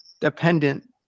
dependent